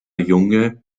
junge